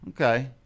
Okay